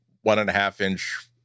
one-and-a-half-inch